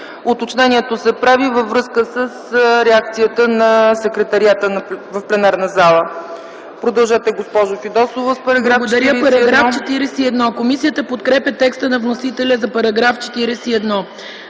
Уточнението се прави във връзка с реакцията на секретариата в пленарната зала. Продължете, госпожо Фидосова.